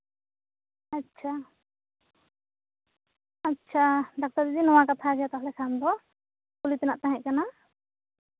ᱟᱪᱪᱷᱟ ᱟᱪᱪᱷᱟ ᱰᱟᱠᱛᱟᱨ ᱫᱤᱫᱤ ᱱᱚᱣᱟ ᱠᱟᱛᱷᱟᱜᱮ ᱛᱟᱦᱚᱞᱮ ᱠᱷᱟᱱ ᱫᱚ ᱠᱩᱞᱤ ᱛᱮᱱᱟᱜ ᱛᱟᱦᱮ ᱠᱟᱱᱟ